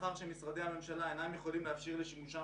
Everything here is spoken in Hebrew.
מאחר שמשרדי הממשלה אינם יכולים להפשיר לשימושם